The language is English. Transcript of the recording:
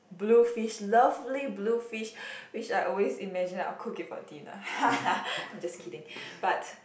blue fish lovely blue fish which I always imagine I will cook it for dinner I'm just kidding but